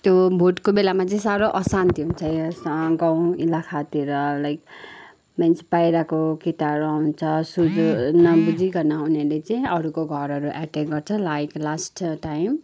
त्यो भोटको बेलामा चाहिँ साह्रो अशान्ति हुन्छ यस गाउँ इलाकातिर लाइक मिन्स बाहिरको केटाहरू आउँछ सुझो नबुझीकन उनीहरूले चाहिँ अरूको घरहरू एटेक गर्छ लाइक लास्ट टाइम